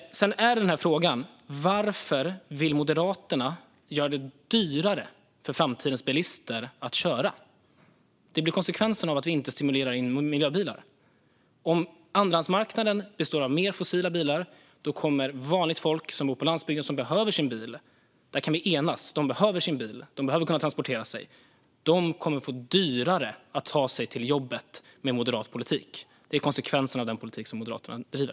Sedan återstår en fråga. Varför vill Moderaterna göra det dyrare för framtidens bilister att köra? Det blir konsekvensen av att inte stimulera miljöbilar. Om andrahandsmarknaden består av fler fossila bilar kommer vanligt folk som bor på landsbygden och som behöver sin bil - vi kan enas om att de behöver bil för att kunna transportera sig - att få det dyrare att ta sig till jobbet med moderat politik. Det blir konsekvensen av den politik som Moderaterna driver.